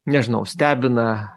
nežinau stebina